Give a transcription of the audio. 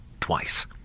twice